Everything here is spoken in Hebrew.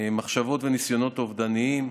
מחשבות וניסיונות אובדניים.